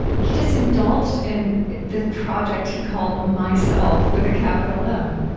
he just indulged in the project he called myself with a capital m.